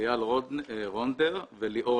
תאריך